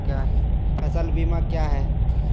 फ़सल बीमा क्या है?